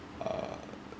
err